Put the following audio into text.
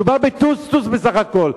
מדובר בטוסטוס בסך הכול,